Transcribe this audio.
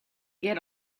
get